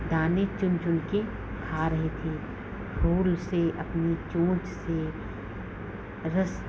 दाने चुन चुनकर खा रही थी फूल से अपनी चोंच से रस